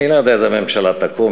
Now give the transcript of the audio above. אני לא יודע איזו ממשלה תקום.